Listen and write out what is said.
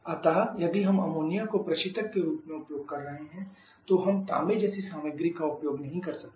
अतः यदि हम अमोनिया को प्रशीतक के रूप में उपयोग कर रहे हैं तो हम तांबे जैसी सामग्री का उपयोग नहीं कर सकते